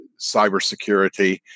cybersecurity